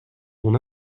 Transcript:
mon